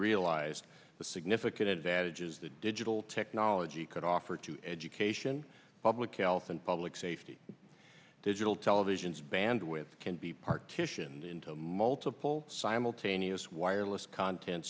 realized the significant advantages that digital technology could offer to education public health and public safety digital televisions bandwidth can be partitioned into multiple simultaneous wireless content